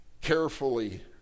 carefully